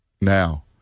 now